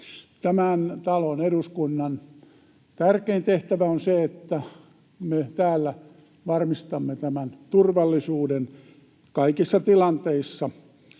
Tämän talon, eduskunnan, tärkein tehtävä on se, että me täällä varmistamme turvallisuuden kaikissa tilanteissa.